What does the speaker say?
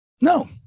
No